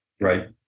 right